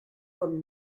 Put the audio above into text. con